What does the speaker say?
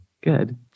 Good